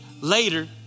later